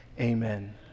Amen